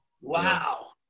Wow